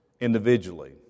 individually